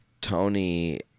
Tony